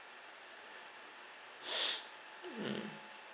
mm